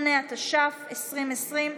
48), התשפ"א 2020,